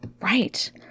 Right